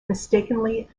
mistakenly